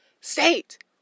state